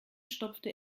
stopfte